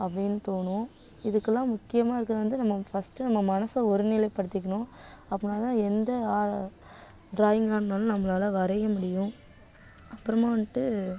அப்படின்னு தோணும் இதுக்கெலாம் முக்கியமாக இருக்கிறது வந்து நம்ம ஃபஸ்ட்டு நம்ம மனசை ஒருநிலை படுத்திக்கணும் அப்படின்னா தான் எந்த ஆ டிராயிங்காக இருந்தாலும் நம்மளால் வரைய முடியும் அப்புறமா வந்துட்டு